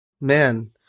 Man